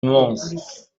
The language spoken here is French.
immense